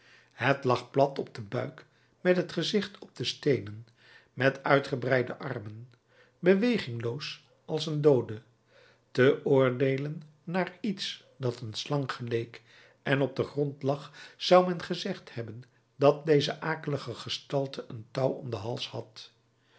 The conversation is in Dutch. het lag plat op den buik met het gezicht op de steenen met uitgebreide armen bewegingloos als een doode te oordeelen naar iets dat een slang geleek en op den grond lag zou men gezegd hebben dat deze akelige gestalte een touw om den hals had